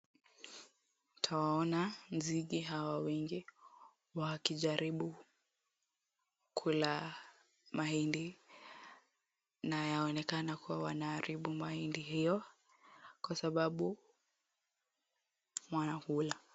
Twawaona nzige hawa wengi, wakijaribu kula mahindi. Na yaonekana kuwa wanaharibu mahindi hiyo. Kwa sababu wanakula.